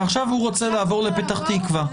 ועכשיו הוא רוצה לעבור לפתח תקווה.